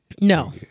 No